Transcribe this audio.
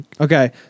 Okay